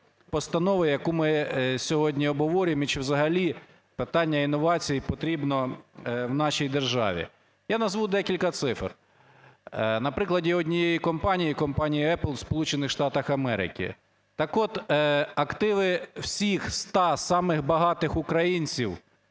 постанови, яку ми сьогодні обговорюємо, і чи взагалі питання інновацій потрібно в нашій державі. Я назву декілька цифр. На прикладі однієї компанії, компанії Apple в Сполучених Штатах Америки. Так от, активи всіх 100 самих багатих українців,